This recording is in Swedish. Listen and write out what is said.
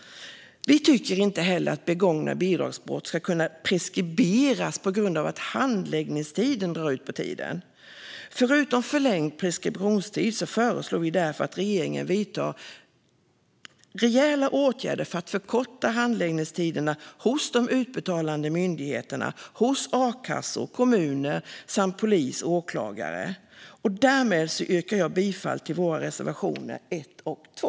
Vi tycker inte heller att begångna bidragsbrott ska kunna preskriberas på grund av att handläggningen drar ut på tiden. Förutom förlängd preskriptionstid föreslår vi därför att regeringen vidtar rejäla åtgärder för att förkorta handläggningstiderna hos de utbetalande myndigheterna, hos akassor, hos kommuner samt hos polis och åklagare. Därmed yrkar jag bifall till våra reservationer 1 och 2.